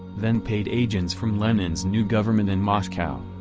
then paid agents from lenin's new government in moscow.